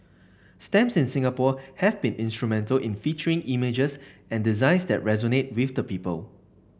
stamps in Singapore have been instrumental in featuring images and designs that resonate with the people